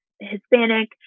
Hispanic